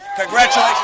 Congratulations